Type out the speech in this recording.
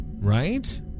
Right